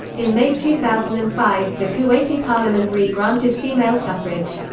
in may two thousand and five, the kuwaiti parliament re-granted female suffrage.